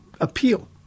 appeal